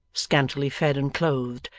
scantily fed and clothed,